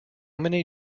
many